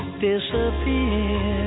disappear